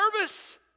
nervous